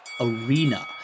arena